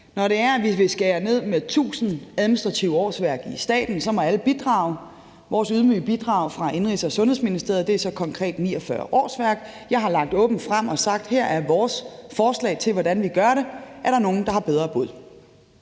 vi vil skære ned med 1.000 administrative årsværk i staten, så må alle bidrage. Vores ydmyge bidrag fra Indenrigs- og Sundhedsministeriet er så konkret 49 årsværk. Jeg har lagt det åbent frem og sagt: Her er vores forslag til, hvordan vi gør det; er der nogen, der har et bedre bud?